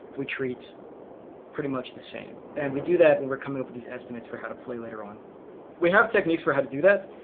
we treat pretty much the same. and we do that when and we're coming up with these estimates for how to play later on we have techniques for how to do that,